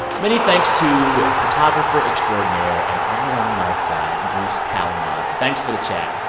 many thanks to photographer extraordinaire and all around nice guy, bruce talamon. thanks for the chat.